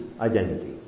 identity